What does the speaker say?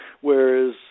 whereas